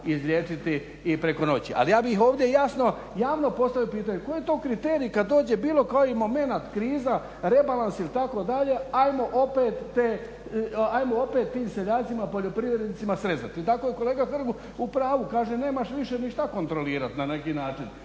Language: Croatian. izliječiti i preko noći. Ali ja bih ovdje jasno, javno postavio pitanje koji je to kriterij kada dođe bilo koji momenat, kriza, rebalans ili tako dalje ajmo opet tim seljacima, poljoprivrednicima srezati. Tako je kolega Hrg u pravu kaže nemaš više ni šta kontrolirati na neki način.